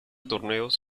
torneos